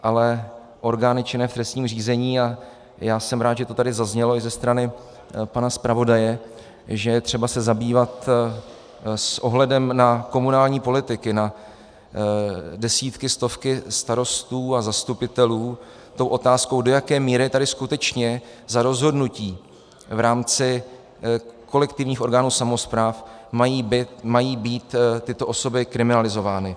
Ale orgány činné v trestním řízení, a já jsem rád, že to tady zaznělo i ze strany pana zpravodaje, že je třeba se zabývat s ohledem na komunální politiky, na desítky, stovky starostů a zastupitelů tou otázkou, do jaké míry tady skutečně za rozhodnutí v rámci kolektivních orgánů samospráv mají být tyto osoby kriminalizovány.